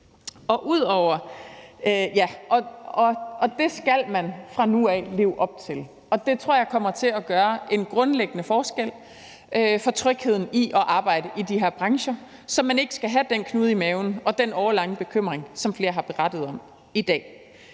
Det skal man fra nu af leve op til, og det tror jeg kommer til at gøre en grundlæggende forskel med hensyn til trygheden i at arbejde i de her brancher, så man ikke skal have den knude i maven og den årelange bekymring, som flere har berettet om i dag,